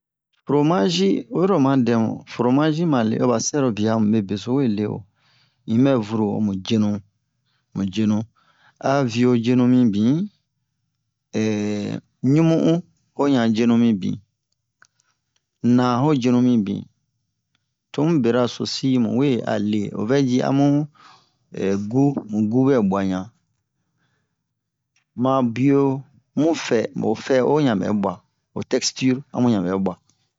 fromazi oyiro oma dɛmu fromazi yi male aba sɛrobiya mube beso we le wo in ɓɛ vuru homu jenu mu jenu a viyo jenu mibin ɲumu'un wo ɲan jenu mibin naa ho ɲan jenu mibin tomu beraso-sii mu we a le o vɛ ji amu gu mu gu ɓɛ bwa ɲan ma biyo mu fɛ- mu fɛ'o ɲan ɓɛ bwa ho textire amu ɲan ɓɛ ɓwa